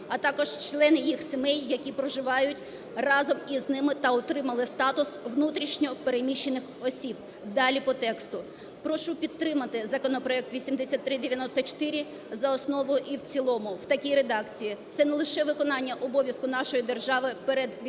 а також члени їх сімей, які проживають разом із ними та отримали статус внутрішньо переміщених осіб". Далі по тексту. Прошу підтримати законопроект 8394 за основу і в цілому в такій редакції. Це не лише виконання обов'язку нашої держави перед